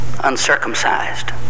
uncircumcised